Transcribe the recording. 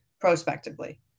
prospectively